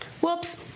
Whoops